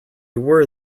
were